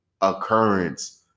occurrence